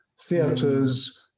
theaters